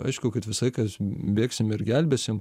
aišku kad visą laiką bėgsime ir gelbėsim